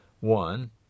One